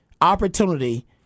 opportunity